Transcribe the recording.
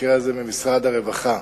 במקרה הזה ממשרד הרווחה,